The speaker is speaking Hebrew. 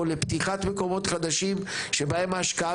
או לפתיחת מקומות חדשים שבהם ההשקעה